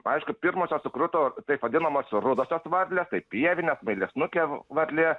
aišku pirmosios sukruto taip vadinamas rudosios varlės tai pievinė smailiasnukė varlė